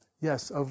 Yes